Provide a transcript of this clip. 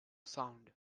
sound